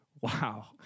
Wow